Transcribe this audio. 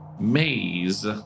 maze